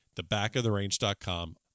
thebackoftherange.com